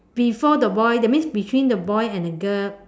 before the boy that means between the boy and the girl